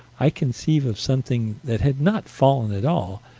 i conceive of something that had not fallen at all,